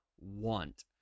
want